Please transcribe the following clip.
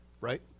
right